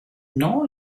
know